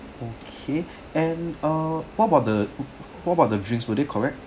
okay and uh what about the what about the drinks were they correct